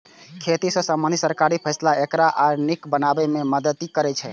खेती सं संबंधित सरकारी फैसला एकरा आर नीक बनाबै मे मदति करै छै